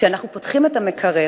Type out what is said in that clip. כשאנחנו פותחים את המקרר